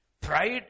Pride